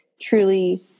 truly